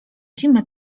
zimy